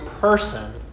person